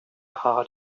heart